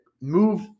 move